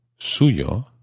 suyo